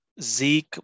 Zeke